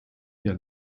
der